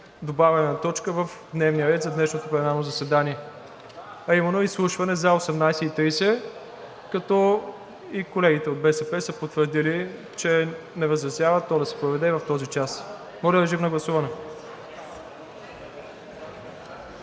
добавяне на точка в дневния ред за днешното пленарно заседание, а именно изслушване за 18,30 ч., като и колегите от БСП са потвърдили, че не възразяват то да се проведе в този час. (Народни представители